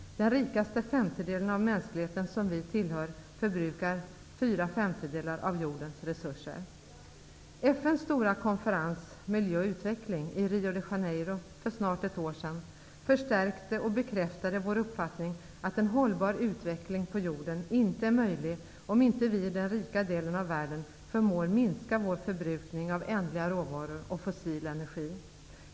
Den rikaste femtedelen av mänskligheten, som vi tillhör, förbrukar fyra femtedelar av jordens resurser. Janeiro för snart ett år sedan förstärkte och bekräftade vår uppfattning att en hållbar utveckling på jorden inte är möjlig, om inte vi i den rika delen av världen förmår minska vår förbrukning av ändliga råvaror och fossil energi.